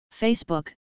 Facebook